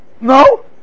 No